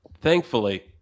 Thankfully